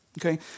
Okay